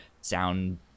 sound